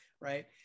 right